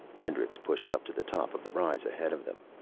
hendricks pushed up to the top of the rise ahead of them.